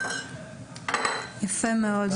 יפה מאוד.